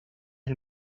del